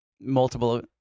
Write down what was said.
multiple